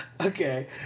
Okay